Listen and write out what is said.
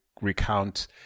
recount